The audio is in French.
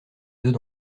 oeufs